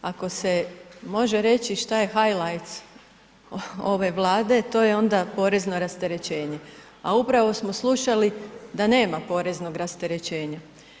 Ako se može reći šta je highlight ove Vlade, to je onda porezno rasterećenje a upravo smo slušali da nema poreznog rasterećenja.